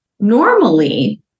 Normally